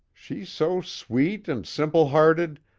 she's so sweet and simple-hearted,